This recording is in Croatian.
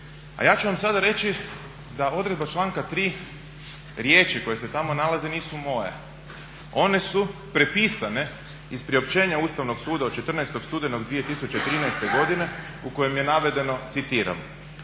a ja ću vam sada reći da odredba članka 3.riječi koje se tamo nalaze nisu moje, one su prepisane iz priopćenja Ustavnog suda od 14. studenog 2013. godine u kojem je navedeno citiram